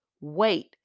wait